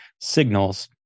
signals